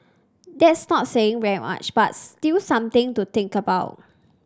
that's not saying very much but still something to think about